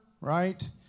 right